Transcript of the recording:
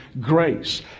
grace